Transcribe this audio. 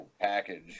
package